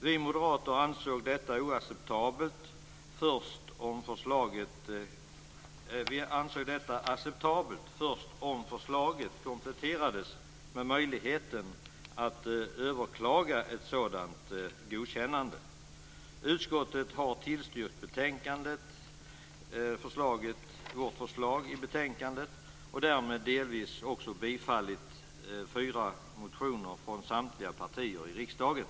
Vi moderater ansåg detta acceptabelt först om förslaget kompletterades med möjligheten att överklaga ett sådant godkännande. Utskottet har tillstyrkt vårt förslag och därmed delvis också tillstyrkt fyra motioner från samtliga partier i riksdagen.